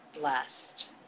blessed